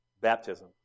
baptism